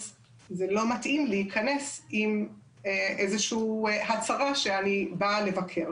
אז זה לא מתאים להיכנס עם איזשהו הצהרה שאני בא לבקר.